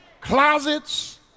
closets